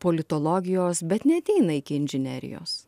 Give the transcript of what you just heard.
politologijos bet neateina iki inžinerijos